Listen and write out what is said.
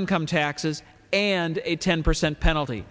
income taxes and a ten percent penalty